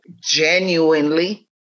genuinely